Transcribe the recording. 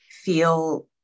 feel